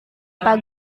pak